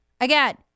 Again